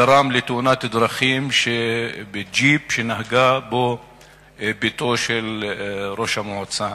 גרם לתאונת דרכים בג'יפ שנהגה בו בתו של ראש המועצה.